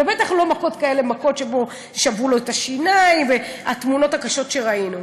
ובטח לא מכות כאלה ששברו לו את השיניים והתמונות הקשות שראינו.